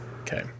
Okay